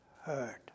heard